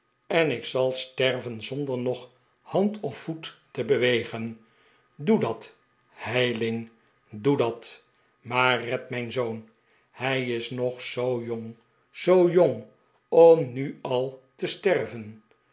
en ik zal sterven zonder nog hand of vpet te bewegen doe dat heyling doe dat maar red mijn zoon hij is nog zoo jong zoo jong om nu al te sterven